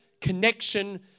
connection